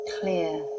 clear